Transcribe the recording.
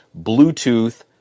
Bluetooth